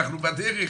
אנחנו בדרך.